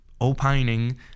opining